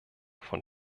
von